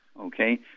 okay